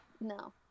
no